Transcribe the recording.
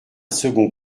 second